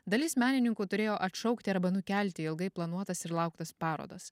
dalis menininkų turėjo atšaukti arba nukelti ilgai planuotas ir lauktas parodas